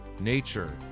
nature